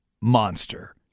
monster